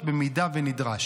במידה שנדרש.